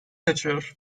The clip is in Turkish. kaçıyor